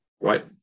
right